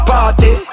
Party